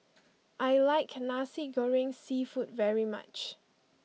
I like Nasi Goreng Seafood very much